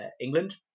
England